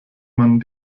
man